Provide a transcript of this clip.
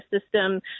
system